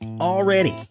already